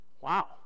Wow